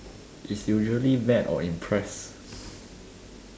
is usually mad or impressed